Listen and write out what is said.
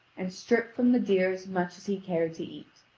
and strip from the deer as much as he cared to eat.